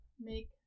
make